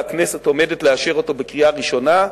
והכנסת עומדת לאשר אותו בקריאה ראשונה,